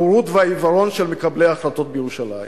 הבורות והעיוורון של מקבלי ההחלטות בירושלים?